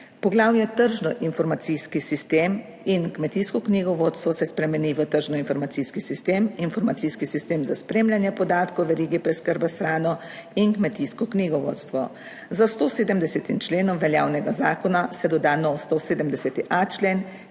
Poglavje tržno-informacijski sistem in kmetijsko knjigovodstvo se spremeni v tržno-informacijski sistem, informacijski sistem za spremljanje podatkov o verigi preskrbe s hrano in kmetijsko knjigovodstvo. Za 170. členom veljavnega zakona se doda nov 170.a člen,